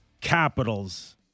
Capitals